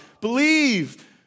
Believe